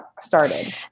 started